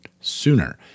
sooner